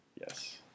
Yes